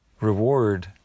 reward